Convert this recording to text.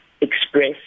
express